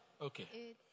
Okay